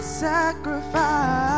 sacrifice